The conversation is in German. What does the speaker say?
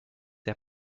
der